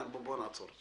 בוא נעצור.